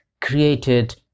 created